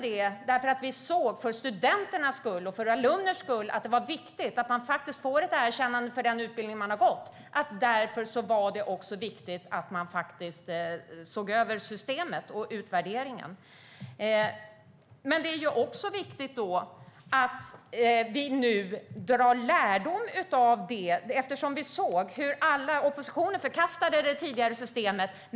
Vi såg att det för studenternas skull och för alumners skull var viktigt att de får ett erkännande för den utbildning de har gått. Därför var det viktigt att man såg över systemet och utvärderingen. Men det är också viktigt att vi nu drar lärdom av det. Oppositionen förkastade det tidigare systemet.